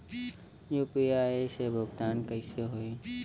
UPI से भुगतान कइसे होहीं?